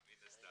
מן הסתם.